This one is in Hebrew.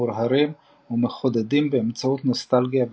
מהורהרים ומחודדים באמצעות נוסטלגיה ועצבות.